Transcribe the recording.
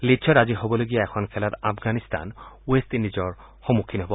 লীডছত আজি হ'বলগীয়া এখন খেলত আফগানিস্তান ৱেষ্ট ইণ্ডিজৰ মুখামুখী হ'ব